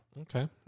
Okay